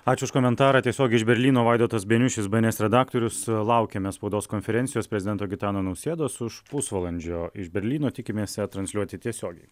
ačiū už komentarą tiesiogiai iš berlyno vaidotas beniušis bns redaktorius laukiame spaudos konferencijos prezidento gitano nausėdos už pusvalandžio iš berlyno tikimės ją transliuoti tiesiogiai